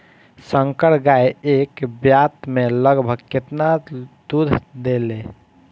संकर गाय एक ब्यात में लगभग केतना दूध देले?